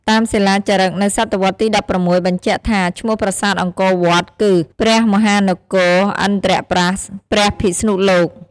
តាមសិលាចារឹកនៅសតវត្សទី១៦បញ្ជាក់ថា ឈ្មោះប្រាសាទអង្គរវត្តគឺ ព្រះមហានគរឥន្រ្ទប្រ័ស្ថព្រះពិស្ណុលោក។